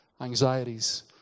anxieties